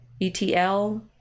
ETL